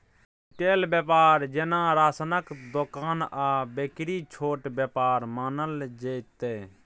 retail बेपार जेना राशनक दोकान आ बेकरी छोट बेपार मानल जेतै